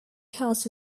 cast